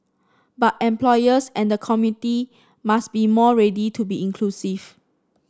but employers and the committee must be more ready to be inclusive